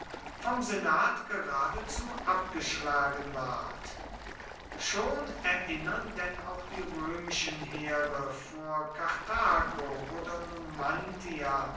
vom senat geradezu abgeschlagen ward schon erinnern denn auch die römischen heere vor karthago oder